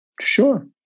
Sure